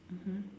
mmhmm